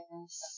Yes